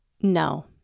no